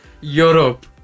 Europe